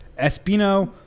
Espino